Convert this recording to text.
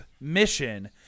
mission